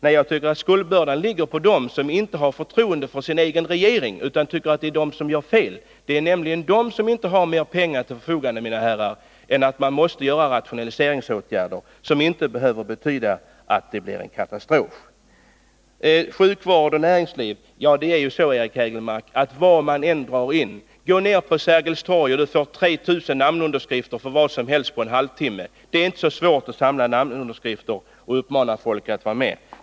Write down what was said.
Men jag tycker att skuldbördan ligger på dem som inte har förtroende för sin egen regering utan tycker att det är den som gör fel. Det är nämligen regeringen som inte har mer pengar till förfogande, mina herrar, vilket betyder att man måste vidta rationaliseringsåtgärder, som inte behöver betyda att det blir en katastrof. Eric Hägelmark nämnde sjukvård och näringsliv. Vad man än drar in går det att få ihop namnunderskrifter till en protest. Gå ned på Sergels torg och du kan få ihop 3 000 namnunderskrifter för vad som helst på en halvtimme! Det är inte så svårt att få folk att ställa sig bakom med en namnunderskrift.